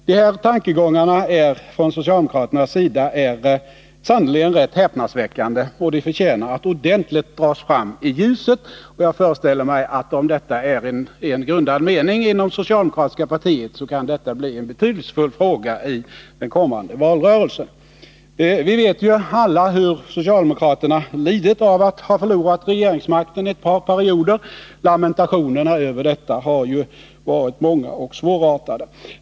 De här tankegångarna från socialdemokraternas sida är sannerligen rätt häpnadsväckande, och de förtjänar att ordentligt dras fram i ljuset. Jag föreställer mig, att om detta är en grundad mening inom det socialdemokratiska partiet, kan det bli en betydelsefull fråga i den kommande valrörelsen. Vi vet ju alla hur socialdemokraterna lidit av att ha Nr 29 förlorat regeringsmakten under ett par perioder — lamentationerna över detta har ju varit många och svårartade.